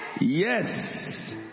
yes